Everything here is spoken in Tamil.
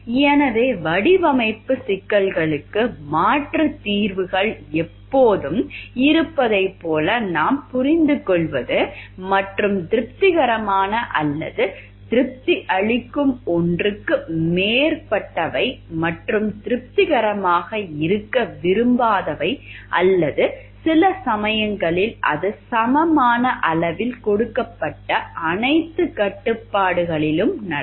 எனவே வடிவமைப்புச் சிக்கல்களுக்கு மாற்றுத் தீர்வுகள் எப்பொழுதும் இருப்பதைப் போல நாம் புரிந்துகொள்வது மற்றும் திருப்திகரமான அல்லது திருப்தியளிக்கும் ஒன்றுக்கு மேற்பட்டவை மற்றும் திருப்திகரமாக இருக்க விரும்பாதவை அல்லது சில சமயங்களில் அது சமமான அளவில் கொடுக்கப்பட்ட அனைத்துக் கட்டுப்பாடுகளிலும் நடக்கும்